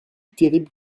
terrible